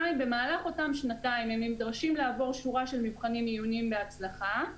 במהלך אותן שנתיים הם נדרשים לעבור שורה של מבחנים עיוניים בהצלחה,